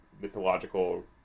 mythological